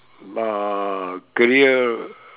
uh career